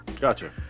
Gotcha